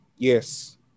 Yes